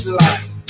life